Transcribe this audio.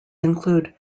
include